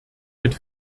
mit